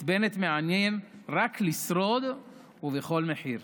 את בנט מעניין רק לשרוד, ובכל מחיר.